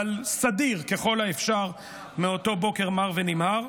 אבל סדיר ככל האפשר, מאותו בוקר מר ונמהר.